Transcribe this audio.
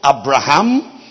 Abraham